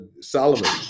Solomon